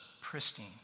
pristine